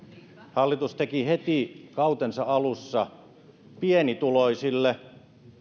hallitus teki heti kautensa alussa pienituloisille